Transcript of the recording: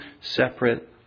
separate